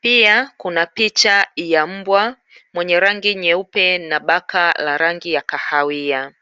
pia kuna picha ya mbwa mwenye rangi nyeupe na baka la rangi ya kahawia.